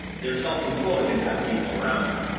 they're self-employed and have people around them